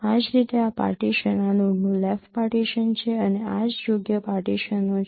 આ જ રીતે આ પાર્ટીશન આ નોડનું લેફ્ટ પાર્ટીશન છે અને આ જ યોગ્ય પાર્ટીશનો છે